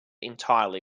entirely